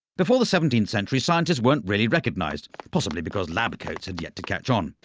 before the seventeenth century scientists weren't really recognised, possibly because lab coats had yet to catch on.